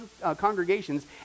congregations